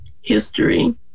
history